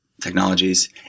technologies